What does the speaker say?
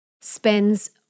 spends